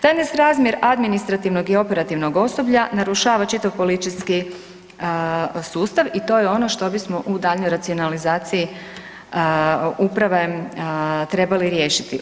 Taj nesrazmjer administrativnog i operativnog osoblja narušava čitav … [[ne razumije se]] sustav i to je ono što bismo u daljnjoj racionalizaciji uprave trebali riješiti.